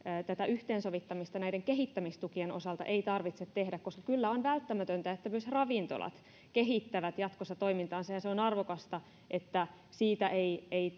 tätä yhteensovittamista näiden kehittämistukien osalta ei tarvitse tehdä koska kyllä on välttämätöntä että myös ravintolat kehittävät jatkossa toimintaansa ja se on arvokasta että siitä ei ei